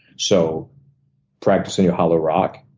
so practicing hollow rock.